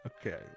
Okay